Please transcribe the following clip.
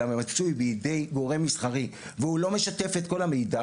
אלא מצוי בידי גורם מסחרי והוא לא משתף את כל המידע,